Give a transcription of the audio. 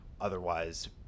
otherwise